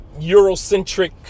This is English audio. Eurocentric